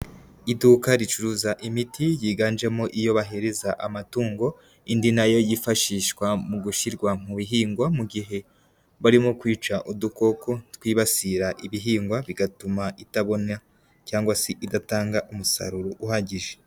Iduka ricuruza imiti yiganjemo iyo bahereza amatungo, indi nayo yifashishwa mu gushyirwa mu bihingwa mu gihe barimo kwica udukoko twibasira ibihingwa bigatuma itabona cyangwa si idatanga umusaruro uhagije.